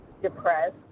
Depressed